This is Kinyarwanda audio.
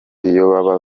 iyaba